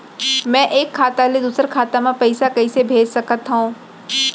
मैं एक खाता ले दूसर खाता मा पइसा कइसे भेज सकत हओं?